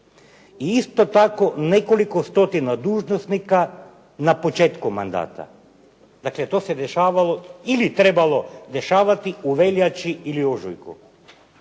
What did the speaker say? I isto tako nekoliko stotina dužnosnika na početku mandata. Dakle to se dešavalo ili trebalo dešavati u veljači ili ožujku.